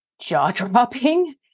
jaw-dropping